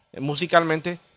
Musicalmente